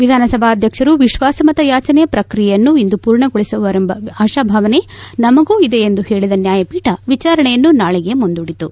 ವಿಧಾನಸಭಾಧ್ಯಕ್ಷರು ವಿಶ್ವಾಸಮತ ಯಾಚನೆ ಪ್ರಕ್ರಿಯೆಯನ್ನು ಇಂದು ಪೂರ್ಣಗೊಳಿಸುವರೆಂಬ ಆಶಾಭಾವನೆ ನಮಗೂ ಇದೆ ಎಂದು ಹೇಳದ ನ್ಯಾಯಪೀಠ ವಿಚಾರಣೆಯನ್ನು ನಾಳೆಗೆ ಮುಂದೂಡಿತು